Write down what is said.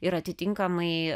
ir atitinkamai